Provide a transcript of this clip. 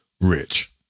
rich